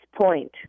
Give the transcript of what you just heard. point